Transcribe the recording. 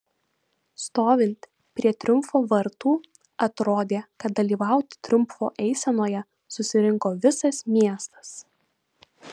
stovint prie triumfo vartų atrodė kad dalyvauti triumfo eisenoje susirinko visas miestas